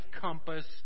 compass